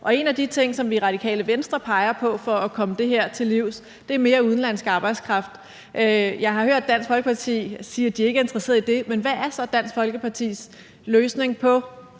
En af de ting, som vi i Radikale Venstre peger på for at komme det her til livs, er mere udenlandsk arbejdskraft. Jeg har hørt Dansk Folkeparti sige, at de ikke er interesseret i det. Men hvad er så Dansk Folkepartis løsning på